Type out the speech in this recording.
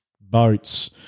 boats